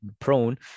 prone